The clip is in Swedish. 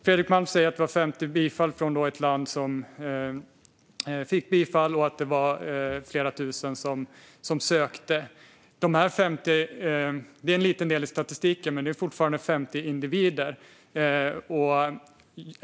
Fredrik Malm säger att det var 50 bifall för asylansökningar från ett land och att det var flera tusen som sökte. De här 50 är en liten del i statistiken, men det är fortfarande 50 individer.